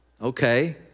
Okay